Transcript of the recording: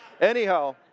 Anyhow